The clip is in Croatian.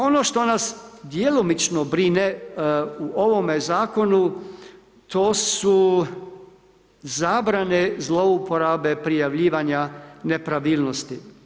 Ono što nas djelomično brine u ovome Zakonu, to su zabrane zlouporabe prijavljivanja nepravilnosti.